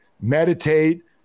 meditate